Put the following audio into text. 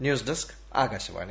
news desk Akashvani